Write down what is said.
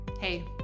Hey